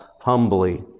humbly